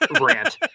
rant